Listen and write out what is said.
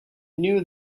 knew